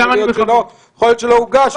יכול להיות שלא הוגש,